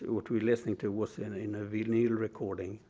what we listening to was in in a vinyl recording,